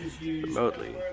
remotely